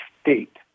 state